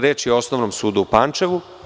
Reč je o Osnovnom sudu u Pančevu.